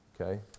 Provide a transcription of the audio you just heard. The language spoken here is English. Okay